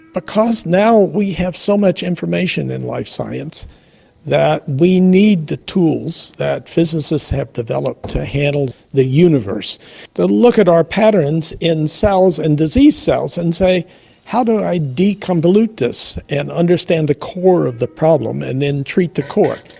because now we have so much information in life science that we need the tools that physicists have developed to handle the universe that look at our patterns in cells and disease cells and say how do i de-convolute this and understand the core of the problem and then treat the core.